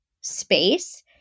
space